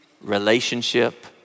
relationship